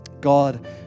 God